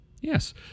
Yes